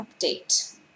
update